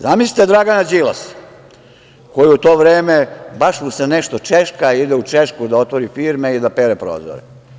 Zamislite Dragana Đilasa koji u to vreme baš mu se nešto češka, ide u Češku da otvori firme i da pere prozore.